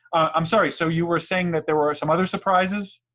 i'm sorry, so you were saying that there were some other surprises?